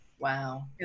Wow